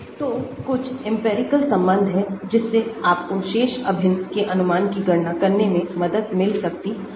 तो कुछ इंपिरिकल संबंध हैं जिससे आपको शेष अभिन्न के अनुमान की गणना करने में मदद मिल सकती है